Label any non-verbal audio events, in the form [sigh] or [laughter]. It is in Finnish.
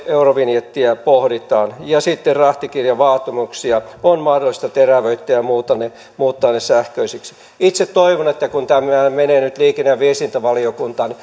eurovinjettiä pohditaan ja rahtikirjavaatimuksia on mahdollista terävöittää ja ja muuttaa ne sähköisiksi itse toivon että kun tämä menee nyt liikenne ja viestintävaliokuntaan [unintelligible]